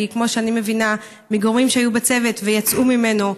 כי כמו שאני מבינה מגורמים שהיו בצוות ויצאו ממנו,